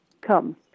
come